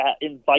invite